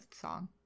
song